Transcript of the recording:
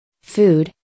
Food